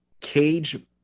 cage